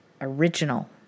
original